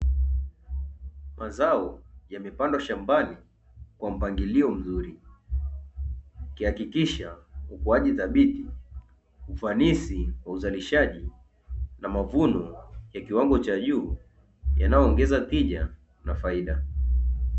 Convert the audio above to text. Mazao yamepandwa shambani kwa mpangilio mzuri ikihakikisha ukuaji thabiti, ufanisi wa uzalishaji na mavuno ya kiwango cha juu yanayoongeza tija na faida.